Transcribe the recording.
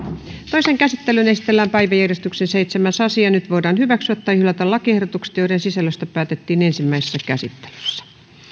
toiseen käsittelyyn esitellään päiväjärjestyksen seitsemäs asia nyt voidaan hyväksyä tai hylätä lakiehdotukset joiden sisällöstä päätettiin ensimmäisessä käsittelyssä